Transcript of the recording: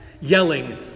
yelling